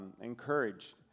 encouraged